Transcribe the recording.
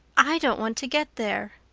i don't want to get there.